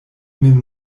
min